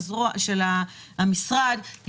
יש